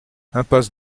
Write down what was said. impasse